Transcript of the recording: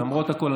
ולמרות הכול,